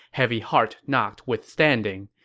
heavy heart notwithstanding.